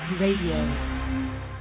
Radio